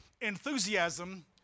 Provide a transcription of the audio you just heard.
enthusiasm